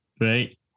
right